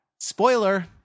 Spoiler